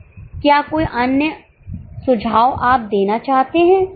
क्या कोई अन्य सुझाव आप देना चाहते हैं